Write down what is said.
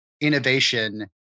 innovation